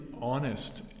honest